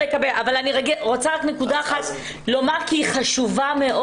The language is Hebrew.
אני רוצה רק נקודה אחת לומר כי היא חשובה מאוד.